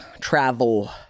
travel